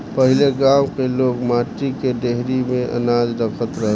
पहिले गांव के लोग माटी के डेहरी में अनाज रखत रहे